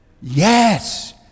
Yes